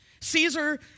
Caesar